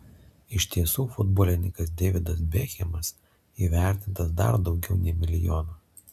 iš tiesų futbolininkas deividas bekhemas įvertintas dar daugiau nei milijonu